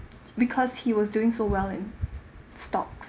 because he was doing so well in stocks